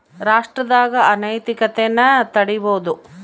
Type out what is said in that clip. ರಾಷ್ಟ್ರದಾಗ ಅನೈತಿಕತೆನ ತಡೀಬೋದು